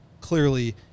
clearly